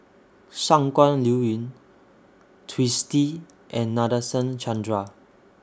Shangguan Liuyun Twisstii and Nadasen Chandra